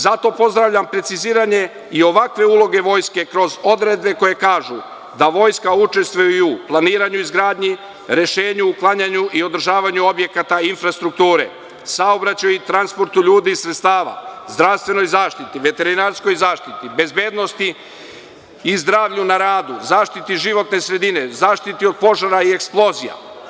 Zato pozdravljam preciziranje i ovakve uloge vojske kroz odredbe koje kažu – da vojska učestvuje i u planiranju i izgradnji, rešenju, uklanjanju i održavanju objekata infrastrukture, saobraćaju i transportu ljudi i sredstava, zdravstvenoj zaštiti, veterinarskoj zaštiti, bezbednosti i zdravlju na radu, zaštiti životne sredine, zaštiti od požara i eksplozija.